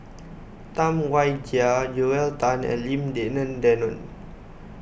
Tam Wai Jia Joel Tan and Lim Denan Denon